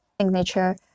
Signature